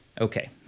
Okay